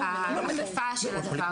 האכיפה של הצו,